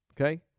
Okay